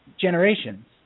generations